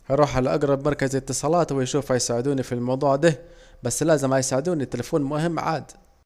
هروح على اجرب مركز اتصالات واشوف هيساعدوني في الموضوع ده، بس لازم يساعدوني التليفون مهم عاد